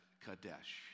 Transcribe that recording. Kadesh